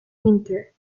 winter